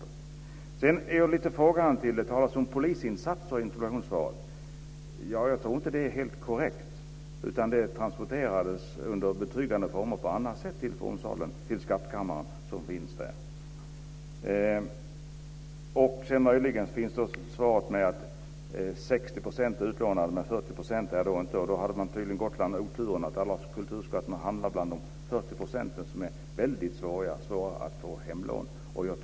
Jag ställer mig lite frågande till att det talas om polisinsatser i interpellationssvaret. Jag tror inte att det är helt korrekt. Det hela transporterades under betryggande former på annat sätt till skattkammaren i fornsalen. Av svaret framgår att 60 % av fornfynden är utlånade medan 40 % inte är det. Då har tydligen Gotland oturen att alla kulturskatter hamnar bland de 40 % som är svåra att få till hemlån.